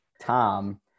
Tom